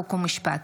חוק ומשפט,